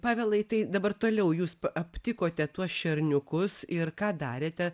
pavelai tai dabar toliau jūs aptikote tuos šerniukus ir ką darėte